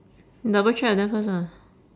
double check with them first ah